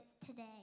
today